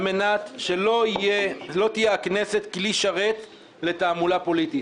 על מנת שלא תהיה הכנסת כלי שרת לתעמולה פוליטית.